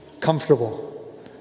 comfortable